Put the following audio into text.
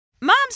Moms